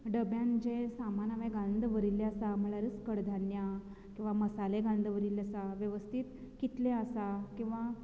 डब्यांत जें सामान हांवें घालून दवरिल्लें आसा म्हळ्यारूच कडधान्यां किंवां मसाले घालन दवरिल्ले आसा वेवस्थीत कितलें आसा किंवां